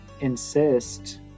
insist